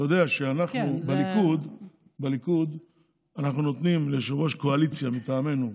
אתה יודע שאנחנו בליכוד נותנים ליושב-ראש הקואליציה מטעמנו,